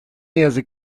yazık